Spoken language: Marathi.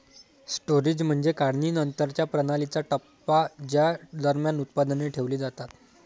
स्टोरेज म्हणजे काढणीनंतरच्या प्रणालीचा टप्पा ज्या दरम्यान उत्पादने ठेवली जातात